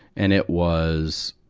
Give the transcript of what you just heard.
and it was,